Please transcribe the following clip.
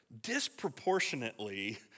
disproportionately